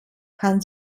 kann